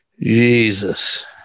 Jesus